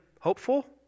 Hopeful